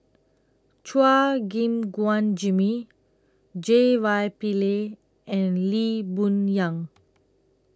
Chua Gim Guan Jimmy J Y Pillay and Lee Boon Yang